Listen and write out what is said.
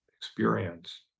experience